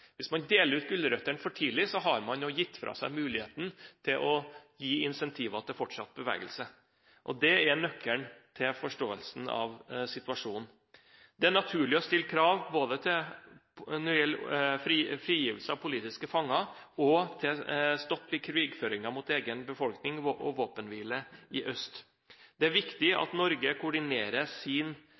Hvis man deler ut gulrøttene for tidlig, har man gitt fra seg muligheten til å gi incentiver til fortsatt bevegelse. Det er nøkkelen til forståelsen av situasjonen. Det er naturlig å stille krav når det gjelder både frigivelse av politiske fanger, stopp i krigføringen mot egen befolkning og våpenhvile i øst. Det er viktig at Norge her koordinerer sin